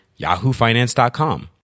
yahoofinance.com